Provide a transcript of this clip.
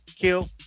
Kill